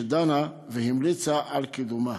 שדנה והמליצה על קידומה.